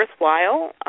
worthwhile